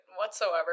whatsoever